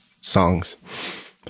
songs